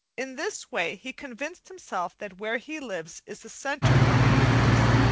in this way he convinced himself that where he lives is the centre of the universe,